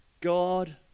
God